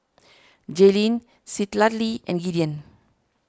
Jaylen Citlalli and Gideon